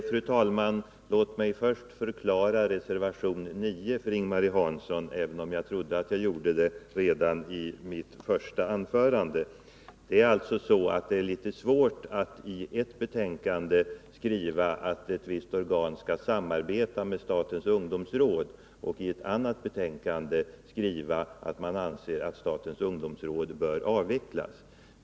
Fru talman! Låt mig först förklara reservation 9 för Ing-Marie Hansson, även om jag trodde att jag hade gjort det redan i mitt första anförande. Det är litet svårt att i ett betänkande skriva att ett visst organ skall samarbeta med statens ungdomsråd och att i ett annat betänkande skriva att statens ungdomsråd bör avvecklas.